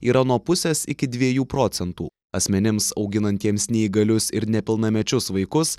yra nuo pusės iki dviejų procentų asmenims auginantiems neįgalius ir nepilnamečius vaikus